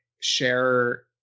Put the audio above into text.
share